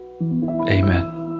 amen